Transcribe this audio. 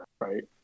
Right